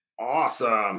Awesome